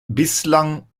bislang